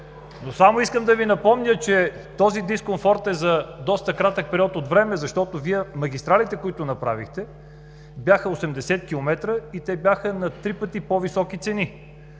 Само искам да напомня, че този дискомфорт е за доста кратък период от време, защото магистралите, които Вие направихте, бяха 80 километра и бяха на три пъти по-високи цени,